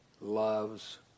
loves